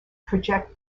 project